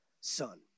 son